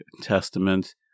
Testament